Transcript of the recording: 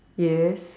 yes